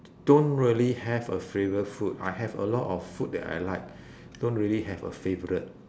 don't really have a favourite food I have a lot of food that I like don't really have a favourite